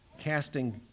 casting